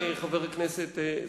חבר הכנסת,